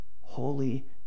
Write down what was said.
holy